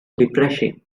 refreshing